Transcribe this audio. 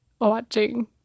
watching